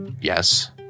Yes